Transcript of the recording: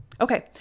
Okay